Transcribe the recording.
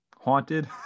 haunted